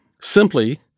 Simply